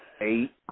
eight